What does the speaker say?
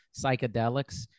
psychedelics